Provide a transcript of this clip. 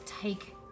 take